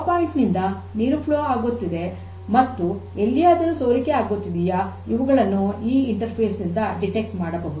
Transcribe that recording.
ಯಾವ ಪಾಯಿಂಟ್ ನಿಂದ ನೀರು ಹರಿಯುತ್ತಿದೆ ಮತ್ತು ಎಲ್ಲಿಯಾದರೂ ಸೋರಿಕೆ ಆಗುತ್ತಿದೆಯಾ ಇವುಗಳನ್ನು ಈ ಇಂಟರ್ಫೇಸ್ ನಿಂದ ಪತ್ತೆ ಮಾಡಬಹುದು